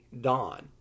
Dawn